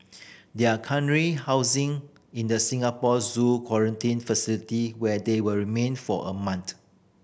they are currently housing in the Singapore Zoo quarantine facility where they will remain for a month